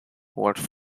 worked